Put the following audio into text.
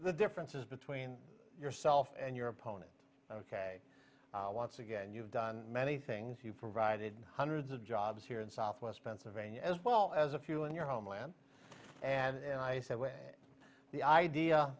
the differences between yourself and your opponent ok once again you've done many things you've provided hundreds of jobs here in southwest pennsylvania as well as a few in your homeland and i said when the idea